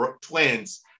twins